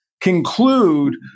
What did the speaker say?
conclude